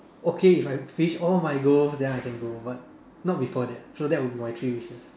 okay if I finish all my goals then I can go but not before that so that will be my three wishes